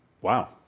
Wow